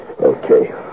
Okay